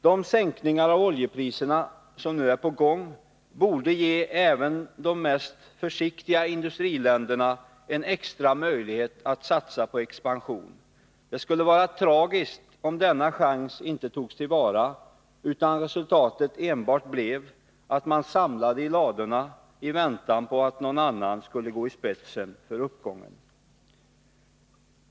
De sänkningar av oljepriserna som nu är på gång borde ge även de mest försiktiga industriländerna en extra möjlighet att satsa på expansion. Det skulle vara tragiskt om denna chans inte togs till vara, utan resultatet enbart blev att man samlade i ladorna i väntan på att någon annan skulle gå i spetsen för uppgången.